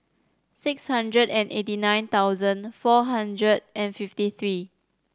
six hundred and eighty nine thousand four hundred and fifty three